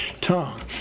tongue